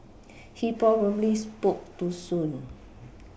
he probably spoke too soon